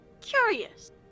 Curious